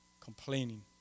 complaining